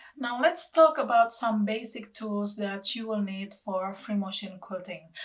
now let's talk about some basic tools that you will need for free motion quilting.